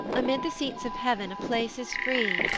amid the seats of heav'n a place is free,